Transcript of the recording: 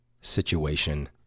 situation